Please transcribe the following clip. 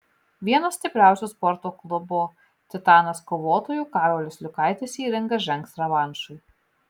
vienas stipriausių sporto klubo titanas kovotojų karolis liukaitis į ringą žengs revanšui